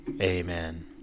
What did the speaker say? amen